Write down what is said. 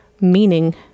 meaning